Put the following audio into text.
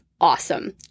awesome